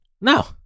No